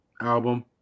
album